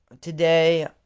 today